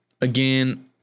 again